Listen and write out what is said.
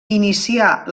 inicià